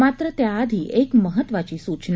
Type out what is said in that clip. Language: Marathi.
मात्र त्याआधी एक महत्त्वाची सूचना